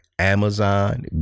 Amazon